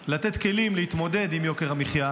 כדי לתת כלים להתמודד עם יוקר המחיה.